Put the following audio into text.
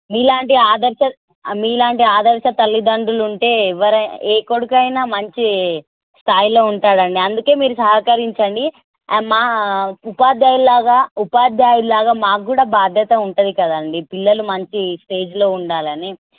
మీలాంటి ఆదర్శ మీలాంటి ఆదర్శ తల్లిదండ్రులు ఉంటే ఎవరన్న ఏ కొడుకు అయిన మంచి స్థాయిలో ఉంటాడు అండి అందుకని మీరు సహకరించండి మా ఉపాధ్యాయులలాగా ఉపాధ్యాయులలాగా మాకు కూడా బాధ్యత ఉంటుంది కదండి పిల్లలు మంచి స్టేజ్లో ఉండాలని